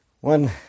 One